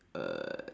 uh